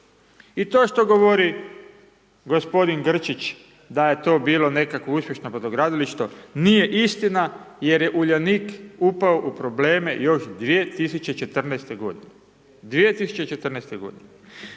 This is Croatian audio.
I to što govori gospodin Grčić da je to bilo nekakvo uspješno brodogradilište nije istina jer je Uljanik upao u probleme još 2014. godine,